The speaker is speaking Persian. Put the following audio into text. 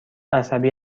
عصبی